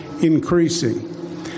increasing